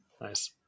nice